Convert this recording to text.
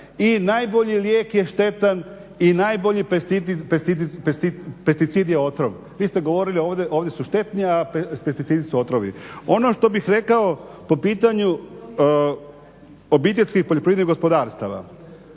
i najbolji lijek je štetan i najbolji pesticid je otrov. Vi ste govorili ovdje su štetni, a pesticidi su otrovi. Ono što bih rekao po pitanju obiteljskih poljoprivrednih gospodarstava,